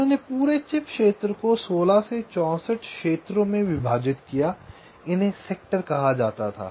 उन्होंने पूरे चिप क्षेत्र को 16 से 64 क्षेत्रों में विभाजित किया इन्हें सेक्टर कहा जाता था